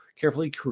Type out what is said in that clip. carefully